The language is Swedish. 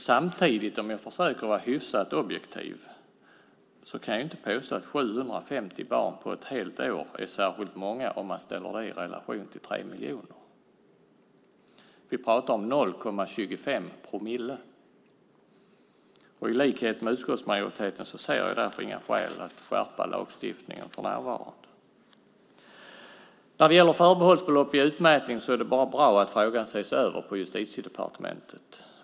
Samtidigt, om jag försöker vara hyfsat objektiv, kan jag inte påstå att 750 barn på ett helt år är särskilt många om man ställer det i relation till 3 miljoner. Vi pratar om 0,25 promille. I likhet med utskottsmajoriteten ser jag därför inga skäl att skärpa lagstiftningen för närvarande. När det gäller förbehållsbelopp vid utmätning är det bara bra att frågan ses över på Justitiedepartementet.